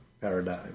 paradigm